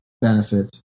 benefit